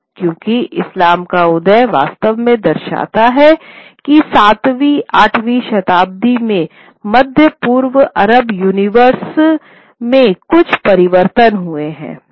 क्योंकि इस्लाम का उदय वास्तव में दर्शाता है कि सातवीं आठवीं शताब्दी में मध्य पूर्व अरब यूनिवर्स में कुछ परिवर्तन हुए हैं